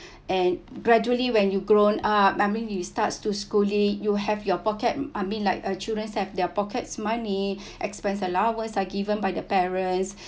and gradually when you grown up I mean we starts to schooling you have your pocket I mean like a children have their pockets money expense allowance are given by their parents